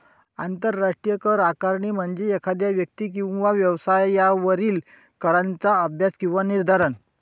आंतरराष्ट्रीय कर आकारणी म्हणजे एखाद्या व्यक्ती किंवा व्यवसायावरील कराचा अभ्यास किंवा निर्धारण